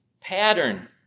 pattern